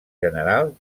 general